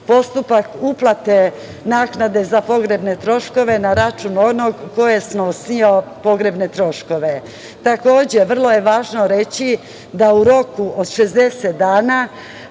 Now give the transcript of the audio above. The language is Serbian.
postupak uplate naknade za pogrebne troškove na račun onoga koji je snosio pogrebne troškove. Vrlo je važno reći da u roku od 60 dana